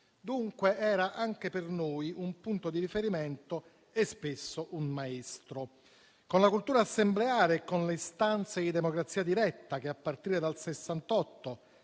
Dunque, era anche per noi un punto di riferimento e spesso un maestro. Con la cultura assembleare e con le istanze di democrazia diretta che, a partire dal 1968,